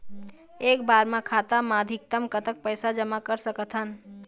एक बार मा खाता मा अधिकतम कतक पैसा जमा कर सकथन?